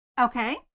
Okay